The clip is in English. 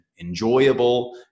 enjoyable